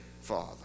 Father